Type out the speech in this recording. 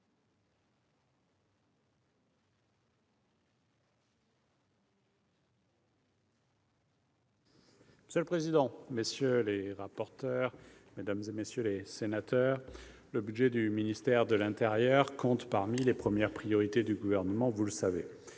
Monsieur le président, messieurs les rapporteurs, mesdames, messieurs les sénateurs, le budget du ministère de l'intérieur compte parmi les premières priorités du Gouvernement. Ses